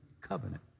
covenant